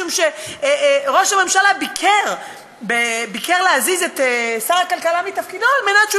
משום שראש הממשלה ביכר להזיז את שר הכלכלה מתפקידו כדי שהוא